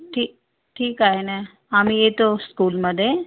ठीक ठीक आहे ना आम्ही येतो स्कूलमध्ये